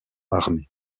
armé